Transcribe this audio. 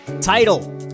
Title